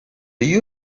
you